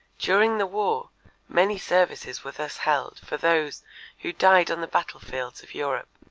during the war many services were thus held for those who died on the battlefields of europe.